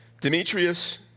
Demetrius